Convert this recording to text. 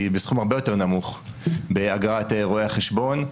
היא בסכום הרבה יותר נמוך באגרת רואי החשבון.